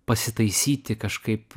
pasitaisyti kažkaip